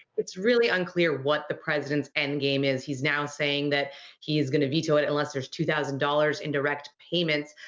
really unclear what the president's endgame is. he is now saying that he is going to veto it unless there is two thousand dollars in direct payments.